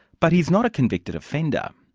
but he's not a convicted offender.